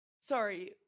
sorry